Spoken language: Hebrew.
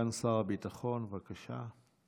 סגן שר הביטחון, בבקשה.